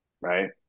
right